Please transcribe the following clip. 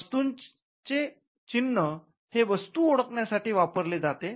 वस्तूचे चिन्ह हे वस्तू ओळखण्या साठी वापरले जाते